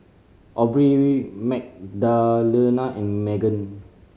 Aubrie Magdalena and Meggan